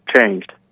changed